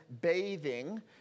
bathing